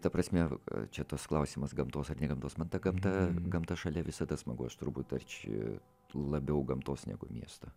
ta prasme čia tas klausimas gamtos ar ne gamtos man ta gamta gamta šalia visada smagus aš turbūt arčiau labiau gamtos negu miesto